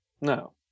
No